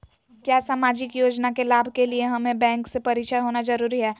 क्या सामाजिक योजना के लाभ के लिए हमें बैंक से परिचय होना जरूरी है?